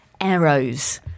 arrows